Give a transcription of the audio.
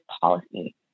policy